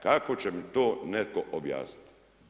Kako će mi to netko objasniti?